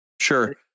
sure